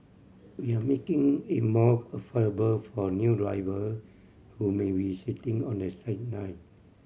we are making it more affordable for new driver who may be sitting on the sideline